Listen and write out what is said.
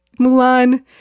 Mulan